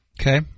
Okay